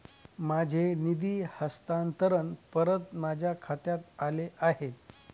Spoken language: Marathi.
माझे निधी हस्तांतरण परत माझ्या खात्यात आले आहे